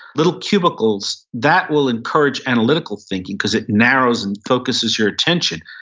little cubicles, that will encourage analytical thinking because it narrows and focuses your attention.